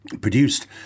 produced